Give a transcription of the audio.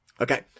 Okay